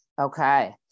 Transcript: Okay